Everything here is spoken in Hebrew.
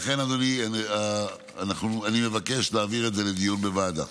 לכן, אדוני, אני מבקש להעביר את זה לדיון בוועדה.